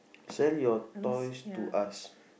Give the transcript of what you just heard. sell your toys to us